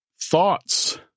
Thoughts